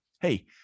hey